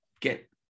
get